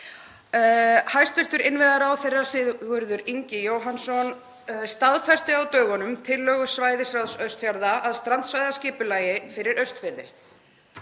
Hæstv. innviðaráðherra Sigurður Ingi Jóhannsson, staðfesti á dögunum tillögu svæðisráðs Austfjarða að strandsvæðaskipulagi fyrir Austfirði.